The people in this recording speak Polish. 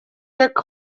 jak